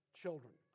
children